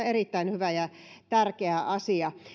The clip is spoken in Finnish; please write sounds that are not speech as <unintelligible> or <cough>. <unintelligible> erittäin hyvä ja tärkeä asia